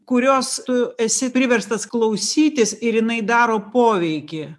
kurios tu esi priverstas klausytis ir jinai daro poveikį